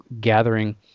gathering